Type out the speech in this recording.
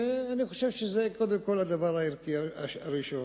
אני חושב שזה קודם כול הדבר הערכי הראשון.